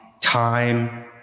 time